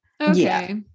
Okay